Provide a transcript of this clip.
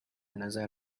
نظر